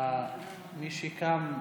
מי שקם,